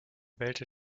wählte